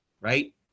right